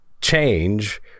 change